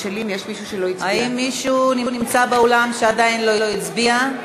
האם מישהו נמצא באולם ועדיין לא הצביע?